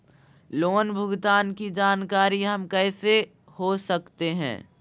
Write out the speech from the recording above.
Loan भुगतान की जानकारी हम कैसे हो सकते हैं?